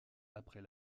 après